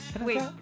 Wait